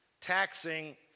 taxing